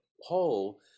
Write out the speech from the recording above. whole